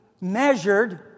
measured